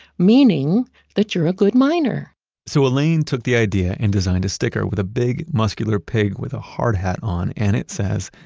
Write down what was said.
meaning that you're a good miner so elaine took the idea and designed sticker with a big muscular pig with a hard hat on and it says,